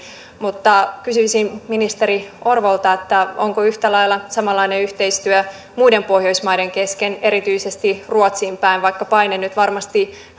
mutta kysyisin ministeri orvolta onko yhtä lailla samanlainen yhteistyö muiden pohjoismaiden kesken erityisesti ruotsiin päin vaikka paine nyt varmasti